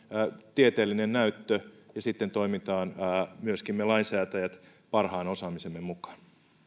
tieteellinen näyttö ja sitten toimimme myöskin me lainsäätäjät parhaan osaamisemme mukaan